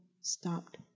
stopped